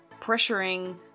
pressuring